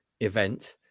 event